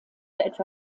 etwa